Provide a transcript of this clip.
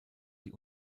die